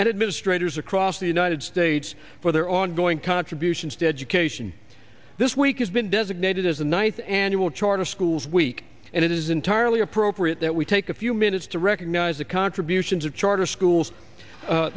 and administrators across the united states for their ongoing contributions dedication this week has been designated as the ninth annual charter schools week and it is entirely appropriate that we take a few minutes to recognize the contribution charter schools